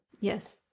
yes